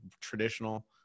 traditional